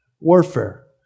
Warfare